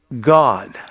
God